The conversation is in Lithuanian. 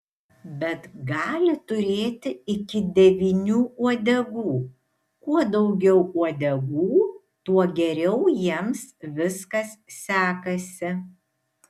bet gali turėti iki devynių uodegų kuo daugiau uodegų tuo geriau jiems viskas sekasi